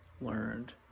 learned